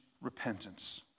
repentance